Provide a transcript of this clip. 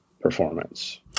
performance